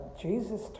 Jesus